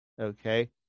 okay